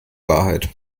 wahrheit